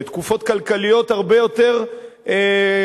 בתקופות כלכליות הרבה יותר קלות,